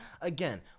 again